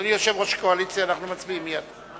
אדוני יושב-ראש הקואליציה, אנחנו מצביעים מייד.